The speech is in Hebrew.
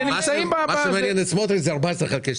שנמצאים -- מה שמעניין את סמוטריץ' זה 14:2,